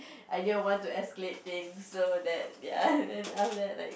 I didn't want to escalate things so that ya and then after that like